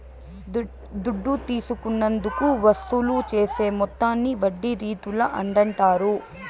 దుడ్డు తీసుకున్నందుకు వసూలు చేసే మొత్తాన్ని వడ్డీ రీతుల అంటాండారు